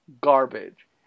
garbage